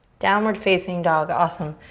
downward facing dog. awesome.